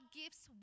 gifts